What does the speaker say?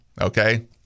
Okay